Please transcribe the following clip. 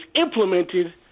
implemented